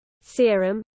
serum